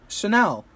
Chanel